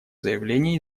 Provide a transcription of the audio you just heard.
заявление